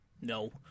No